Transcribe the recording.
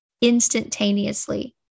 instantaneously